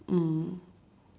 mm